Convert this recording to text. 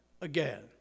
again